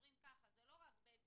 אומרים ככה, זה לא רק ש'בית זיו'